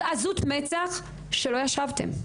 זו עזות מצח שלא ישבתם.